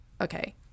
okay